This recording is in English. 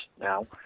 now